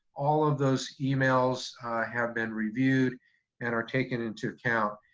all of those emails have been reviewed and are taken into account.